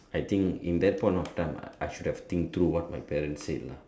I think in that point of time I should have think through what my parents said lah